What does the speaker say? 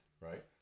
right